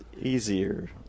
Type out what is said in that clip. Easier